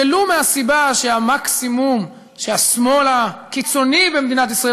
ולו מהסיבה שהמקסימום שהשמאל הקיצוני במדינת ישראל